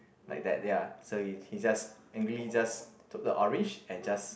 like that ya so he he just angrily just took the orange and just